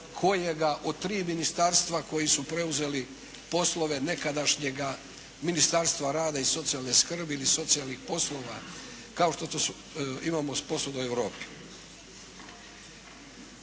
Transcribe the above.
kojega od 3 ministarstva koji su preuzeli poslove nekadašnjega Ministarstva rada i socijalne skrbi ili socijalnih poslova kao što to imamo posvuda u Europi.